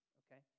okay